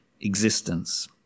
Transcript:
existence